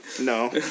No